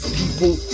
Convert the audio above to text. people